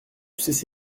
ccas